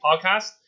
podcast